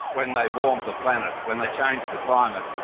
when they warmed the planet, when they changed the climate,